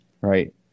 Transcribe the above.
Right